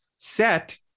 set